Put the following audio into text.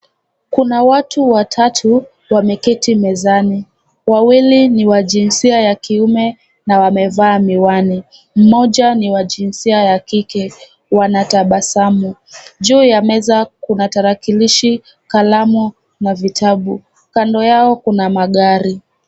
Kuna watu watatu wameketi mezani. Wawili ni wa jinsia ya kiume na wamevaa miwani, mmoja ni wa jinsia ya kike. Wanatabasamu. Juu ya meza kuna tarakilishi, kalamu na vitabu. Kando yao kuna magari.